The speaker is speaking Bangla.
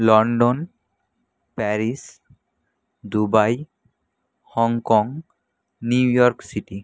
London Paris Dubai Hong Kong New York city